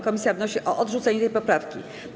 Komisja wnosi o odrzucenie tej poprawki.